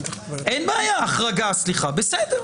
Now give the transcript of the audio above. נכון,